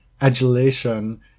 adulation